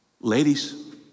Ladies